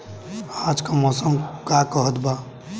आज क मौसम का कहत बा?